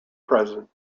present